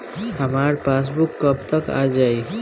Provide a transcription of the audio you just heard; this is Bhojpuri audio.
हमार पासबूक कब तक आ जाई?